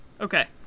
Okay